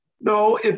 No